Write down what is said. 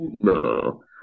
No